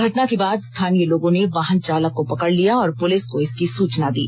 घटना के बाद स्थानीय लोगों ने वाहन चालक को पकड़ लिया और पुलिस को इसकी सूचना दी